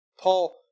Paul